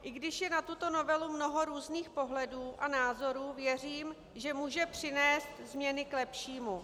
I když je na tuto novelu mnoho různých pohledů a názorů, věřím, že může přinést změny k lepšímu.